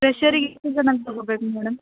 ಫ್ರೆಶರಿಗೆ ಎಷ್ಟು ಜನಾನ ತಗೋಬೇಕು ಮೇಡಮ್